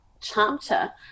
chapter